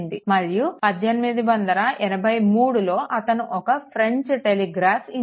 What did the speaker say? మరియు 1883 లో అతను ఒక ఫ్రెంచ్ టెలిగ్రాఫ్ ఇంజనీర్